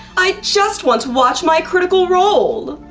i just want to watch my critical role!